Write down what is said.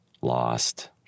lost